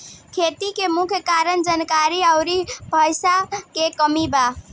खेती के मुख्य कारन जानकारी अउरी पईसा के कमी बा